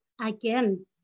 again